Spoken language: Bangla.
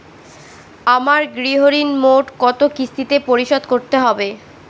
আমার গৃহঋণ মোট কত কিস্তিতে পরিশোধ করতে হবে?